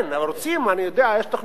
רוצים, אני יודע, יש תוכניות.